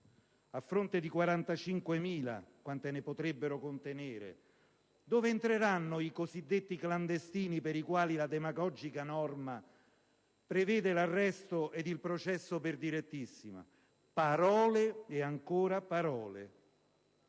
a fronte dei 45.000 che potrebbero contenere. Dove entreranno i cosiddetti clandestini, per i quali la demagogica norma prevede l'arresto ed il processo per direttissima? Parole e ancora parole.